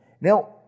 Now